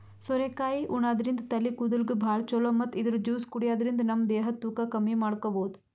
ಸೋರೆಕಾಯಿ ಉಣಾದ್ರಿನ್ದ ತಲಿ ಕೂದಲ್ಗ್ ಭಾಳ್ ಛಲೋ ಮತ್ತ್ ಇದ್ರ್ ಜ್ಯೂಸ್ ಕುಡ್ಯಾದ್ರಿನ್ದ ನಮ ದೇಹದ್ ತೂಕ ಕಮ್ಮಿ ಮಾಡ್ಕೊಬಹುದ್